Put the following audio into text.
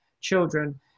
children